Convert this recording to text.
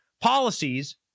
policies